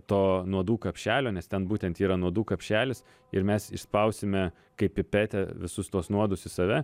to nuodų kapšelio nes ten būtent yra nuodų kapšelis ir mes išspausime kaip pipete visus tuos nuodus į save